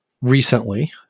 recently